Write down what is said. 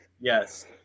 yes